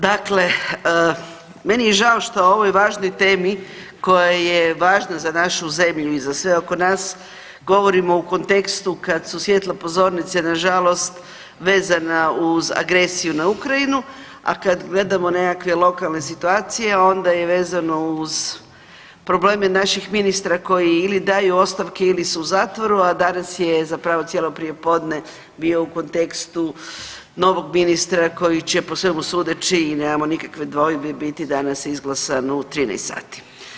Dakle, meni je žao što o ovoj važnoj temi koja je važna za našu zemlju i za sve oko nas govorimo u kontekstu kad su svjetla pozornice nažalost vezana uz agresiju na Ukrajinu, a kad gledamo nekakve lokalne situacije onda je vezano uz probleme naših ministara koji ili daju ostavke ili su u zatvoru, da danas je zapravo cijelo prijepodne bio u kontekstu novog ministra koji će po svemu sudeći i nemamo nikakve dvojbe biti danas izglasan u 13.00 sati.